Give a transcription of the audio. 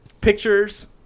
pictures